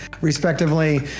respectively